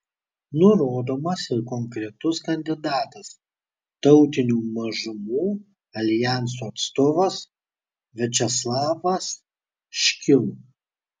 nurodomas ir konkretus kandidatas tautinių mažumų aljanso atstovas viačeslavas škil